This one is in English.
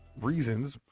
reasons